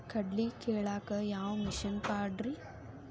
ಕಡ್ಲಿ ಕೇಳಾಕ ಯಾವ ಮಿಷನ್ ಪಾಡ್ರಿ?